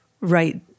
right